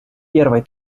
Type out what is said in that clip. первой